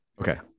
Okay